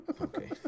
Okay